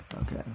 okay